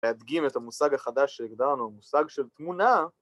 ‫להדגים את המושג החדש שהגדרנו, ‫המושג של תמונה.